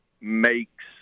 makes